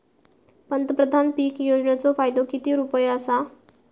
पंतप्रधान पीक योजनेचो फायदो किती रुपये आसा?